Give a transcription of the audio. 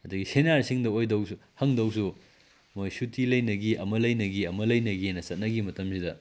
ꯑꯗꯒꯤ ꯁꯦꯅꯤꯌꯥꯔꯁꯤꯡꯗ ꯑꯣꯏꯗꯣꯏꯁꯨ ꯍꯪꯗꯧꯁꯨ ꯃꯣꯏ ꯁꯨꯇꯤ ꯂꯩꯅꯒꯤ ꯑꯃ ꯂꯩꯅꯒꯤ ꯑꯃ ꯂꯩꯅꯒꯤꯅ ꯆꯠꯅꯈꯤ ꯃꯇꯝꯁꯤꯗ